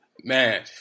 Man